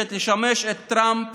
שתשמש את טראמפ